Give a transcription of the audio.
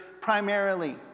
primarily